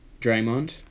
Draymond